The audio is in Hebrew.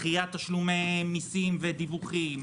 דחיית תשלומי מיסים ודיווחים.